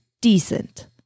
Decent